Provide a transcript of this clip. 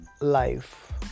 life